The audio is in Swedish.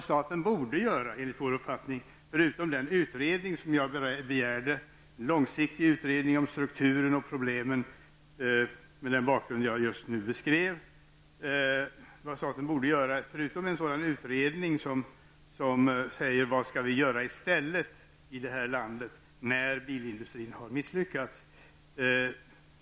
Staten borde enligt vår uppfattning, mot den bakgrund jag just beskrev, utöver att tillsätta en långsiktig utredning om strukturen och problemen, göra en utredning om vad vi i det här landet skall satsa på i stället för bilindustrin, när denna har misslyckats.